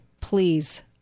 please